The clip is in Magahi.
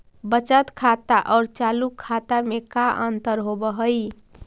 बचत खाता और चालु खाता में का अंतर होव हइ?